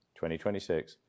2026